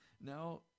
Now